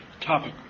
topic